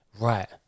right